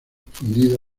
difundida